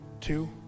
two